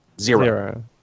Zero